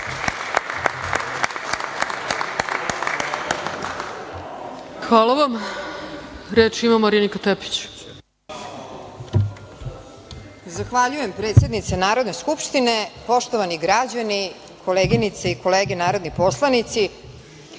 Hvala vam. Reč ima Marinika Tepić.